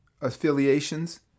affiliations